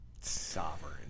Sovereign